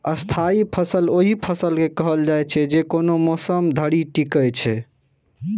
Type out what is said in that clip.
स्थायी फसल ओहि फसल के कहल जाइ छै, जे कोनो मौसम धरि टिकै छै